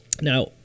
Now